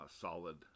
solid